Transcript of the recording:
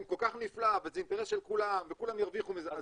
אם כל כך נפלא וזה אינטרס של כולם וכולם ירוויחו מזה,